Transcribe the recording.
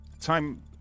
time